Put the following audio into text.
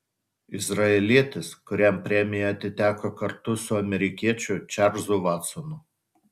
izraelietis kuriam premija atiteko kartu su amerikiečiu čarlzu vatsonu